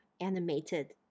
animated